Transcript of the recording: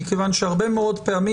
מכיוון שהרבה מאוד פעמים,